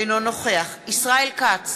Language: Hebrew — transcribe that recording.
אינו נוכח ישראל כץ,